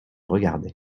regardai